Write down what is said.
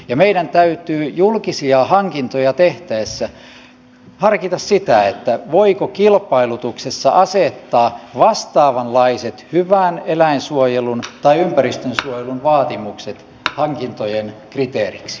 ja meidän täytyy julkisia hankintoja teh täessä harkita sitä voiko kilpailutuksessa asettaa vastaavanlaiset hyvän eläinsuojelun tai ympäristönsuojelun vaatimukset hankintojen kriteeriksi